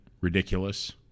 ridiculous